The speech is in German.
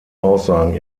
aussagen